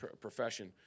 profession